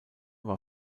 war